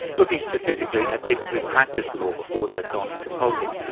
looking specifically at people who've practiced law before they've gone into politics,